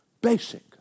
basic